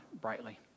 brightly